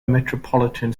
metropolitan